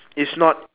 it's not